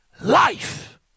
life